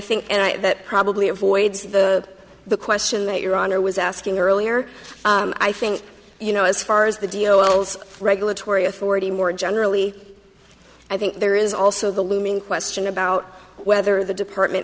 and that probably avoids the the question that your honor was asking earlier i think you know as far as the deal wells regulatory authority more generally i think there is also the looming question about whether the department